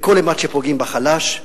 כל אימת שפוגעים בחלש,